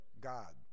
God